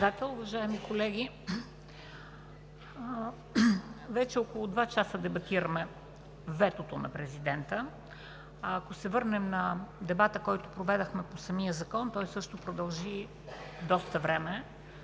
Вече около два часа дебатираме ветото на президента. Ако се върнем на дебата, който проведохме по самия закон миналата седмица – той също продължи доста време.